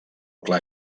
clar